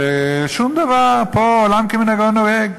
ושום דבר, פה, עולם כמנהגו נוהג.